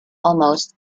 almost